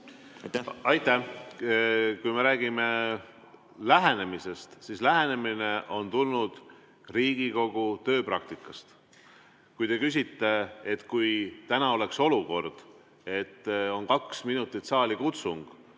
Aitäh! Kui me räägime lähenemisest, siis lähenemine on tulnud Riigikogu tööpraktikast. Kui te küsite minult, et kui täna oleks selline olukord, et on kaks minutit saalikutsung